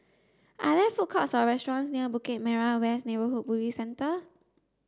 are there food courts or restaurants near Bukit Merah West Neighbourhood Police Centre